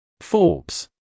Forbes